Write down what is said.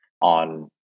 on